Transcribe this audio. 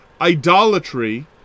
idolatry